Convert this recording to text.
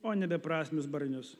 o ne beprasmius barnius